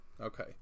Okay